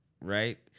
right